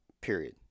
Period